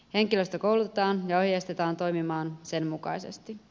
henkilöstö koulutetaan ja ohjeistetaan toimimaan sen mukaisesti